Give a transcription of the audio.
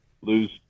lose